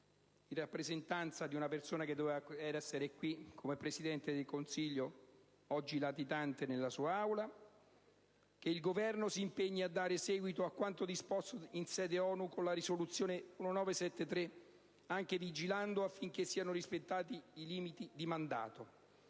in rappresentanza di una persona che doveva essere qui come Presidente del Consiglio, oggi latitante nella sua Aula, che il Governo si impegni a dare seguito a quanto disposto in sede ONU con la risoluzione n. 1973, anche vigilando affinché siano rispettati i limiti di mandato.